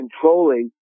controlling